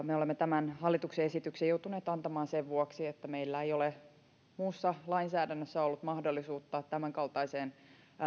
me olemme tämän hallituksen esityksen joutuneet antamaan sen vuoksi että meillä ei ole muussa lainsäädännössä ollut mahdollisuutta tämänkaltaiseen